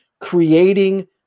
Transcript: creating